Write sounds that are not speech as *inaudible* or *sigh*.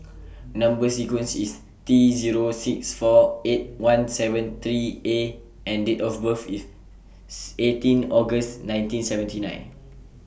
*noise* Number sequence IS T Zero six four eight one seven three A and Date of birth IS *unintelligible* eighteen August nineteen seventy nine